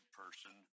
person